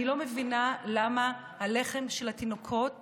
אני לא מבינה למה הלחם של התינוקות